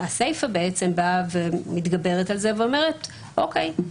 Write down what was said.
הסיפה מתגברת על זה ואומרת: אוקיי,